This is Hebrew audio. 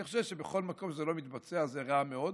אני חושב שבכל מקום שזה לא מתבצע זה רע מאוד,